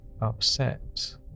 upset